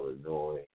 Illinois